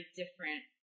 different